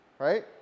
right